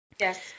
Yes